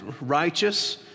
righteous